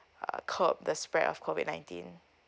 uh cope the spread of COVID nineteen